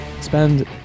spend